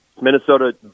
Minnesota